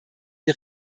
die